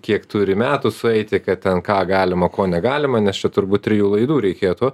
kiek turi metų sueiti kad ten ką galima ko negalima nes čia turbūt trijų laidų reikėtų